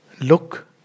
Look